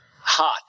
hot